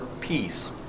peace